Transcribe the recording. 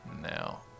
now